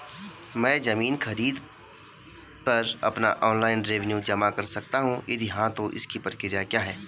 मैं ज़मीन खरीद पर अपना ऑनलाइन रेवन्यू जमा कर सकता हूँ यदि हाँ तो इसकी प्रक्रिया क्या है?